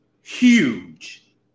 huge